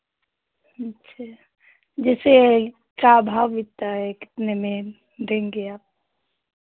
अच्छे जैसे क्या भाव बिकता है कितने में देंगे आप